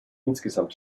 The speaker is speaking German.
insgesamt